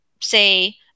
say